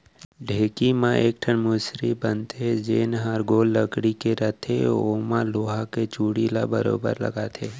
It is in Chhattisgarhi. ढेंकी म एक ठन मुसरी बन थे जेन हर गोल लकड़ी के रथे ओमा लोहा के चूड़ी ल बरोबर लगाथे